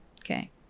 Okay